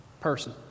person